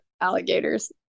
alligators